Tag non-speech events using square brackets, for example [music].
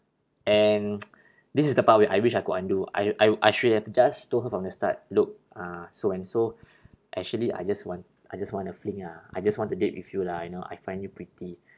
and [noise] this is the part where I wished I could undo I I I should have just told her from the start look uh so and so actually I just want I just want a fling ah I just want to date with you lah you know I find you pretty